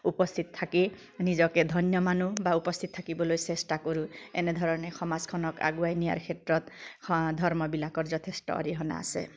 উপস্থিত থাকি নিজকে ধন্য মানো বা উপস্থিত থাকিবলৈ চেষ্টা কৰোঁ এনেধৰণে সমাজখনক আগুৱাই নিয়াৰ ক্ষেত্ৰত ধৰ্মবিলাকৰ যথেষ্ট অৰিহণা আছে